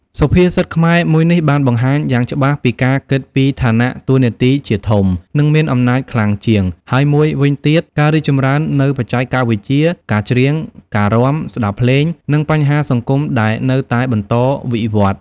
សុភាសិតខ្មែរមួយនេះ បានបង្ហាញយ៉ាងច្បាស់ពីការគិតពីឋានៈតួនាទីជាធំ និងមានអំណាចខ្លាំងជាង ហើយមួយវិញទៀត ការរីកចម្រើននូវបច្ចេកវិទ្យា ការច្រៀង ការរាំ ស្ដាប់ភ្លេង និងបញ្ហាសង្គមដែលនៅតែបន្តវិវត្តន៍។